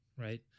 right